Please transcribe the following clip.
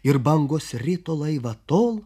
ir bangos rito laivą tol